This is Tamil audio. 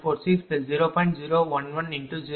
64460